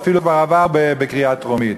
זה אפילו כבר עבר בקריאה טרומית,